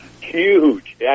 huge